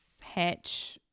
hatch